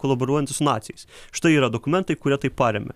kolaboruojantis su naciais štai yra dokumentai kurie tai paremia